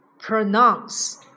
pronounce